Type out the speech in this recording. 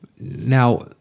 Now